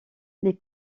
les